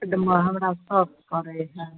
ई दमा हमरा सब पकड़ै छै